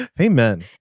Amen